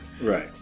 Right